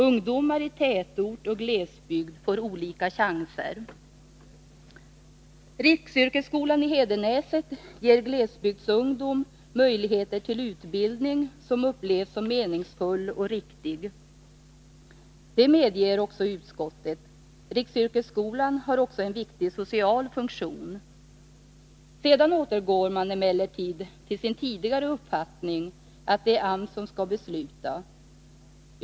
Ungdomar i tätort och glesbygd får olika chanser. Riksyrkesskolan i Hedenäset ger glesbygdsungdom möjligheter till en utbildning som upplevs som meningsfull och riktig. Det medger också utskottet. Riksyrkesskolan har också en viktig social funktion. Sedan återgår emellertid utskottet till sin tidigare uppfattning att det är AMS som skall besluta.